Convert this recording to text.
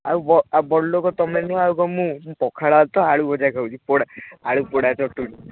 ଆଉ ବ ଆଉ ବଡ଼ ଲୋକ ତୁମେ ନୁହଁ ଆଉ କ'ଣ ମୁଁ ମୁଁ ପଖାଳ ଭାତ ଆଳୁ ଭଜା ଖାଉଛି ପୋଡ଼ା ଆଳୁ ପୋଡ଼ା ଚଟଣୀ